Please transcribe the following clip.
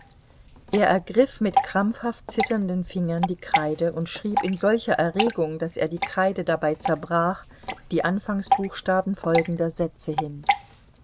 er ergriff mit krampfhaft zitternden fingern die kreide und schrieb in solcher erregung daß er die kreide dabei zerbrach die anfangsbuchstaben folgender sätze hin